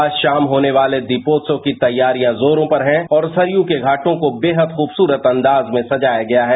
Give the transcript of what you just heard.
आज शाम होने वाले दीपोत्सव की तैयारियां जोरो पर हैं और सरयू के घाटों को बेहद खूबसूरत अंदाज में सजाया गया है